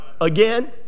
Again